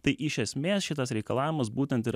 tai iš esmės šitas reikalavimas būtent ir